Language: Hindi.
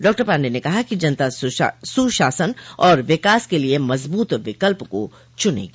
डॉक्टर पाण्डेय ने कहा कि जनता सुशासन और विकास के लिए मजबूत विकल्प को चुनेगी